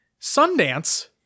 Sundance